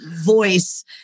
voice